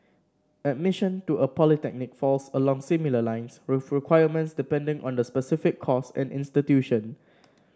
admission to a polytechnic falls along similar lines with requirements depending on the specific course and institution